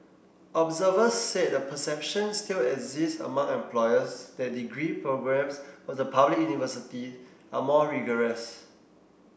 observers said a perception still exists among employers that degree programmes of the public university are more rigorous